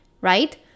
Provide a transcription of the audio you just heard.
right